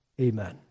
Amen